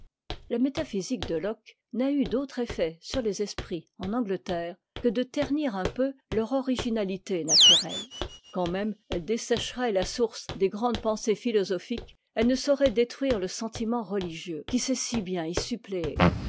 la métaphysique de locke n'a eu d'autre effet sur les esprits en angleterre que de ternir un peu leur originalité naturelle quand même elle dessécherait la source des grandes pensées philosophiques elle ne saurait détruire le sentiment religieux qui sait si bien y suppléer